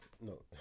No